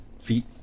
feet